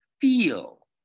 feel